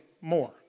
more